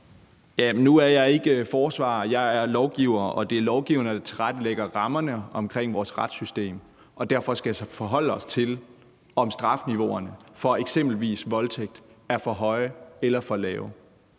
Nu er jeg ikke forsvarer; jeg er lovgiver, og det er lovgiverne, der tilrettelægger rammerne omkring vores retssystem og derfor skal forholde os til, om strafniveauerne for eksempelvis voldtægt er for høje eller for lave.